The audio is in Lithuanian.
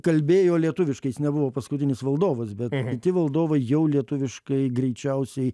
kalbėjo lietuviškai jis nebuvo paskutinis valdovas bet ir kiti valdovai jau lietuviškai greičiausiai